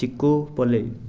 ଚିକୁ ପଲେଇ